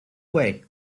way